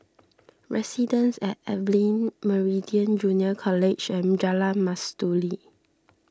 Residences at Evelyn Meridian Junior College and Jalan Mastuli